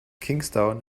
kingstown